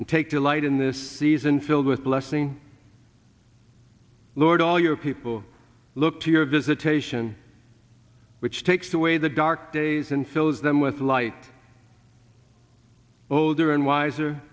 and take delight in this season filled with blessing lord all your people look to your visitation which takes away the dark days and fills them with light older and wiser